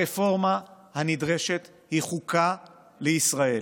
הרפורמה הנדרשת היא חוקה לישראל.